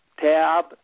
tab